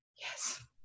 yes